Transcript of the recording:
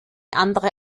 andere